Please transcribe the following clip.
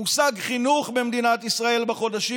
המושג "חינוך" במדינת ישראל בחודשים